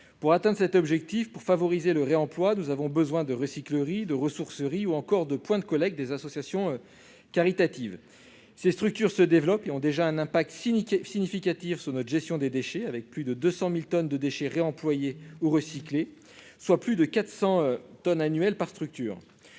Pour atteindre cet objectif, nous avons besoin de recycleries, de ressourceries ou encore de points de collecte d'associations caritatives. Ces structures se développent et ont déjà un impact significatif sur notre gestion des déchets, avec plus de 200 000 tonnes de déchets réemployés ou recyclés, soit plus de 400 tonnes annuelles par structure,